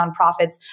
nonprofits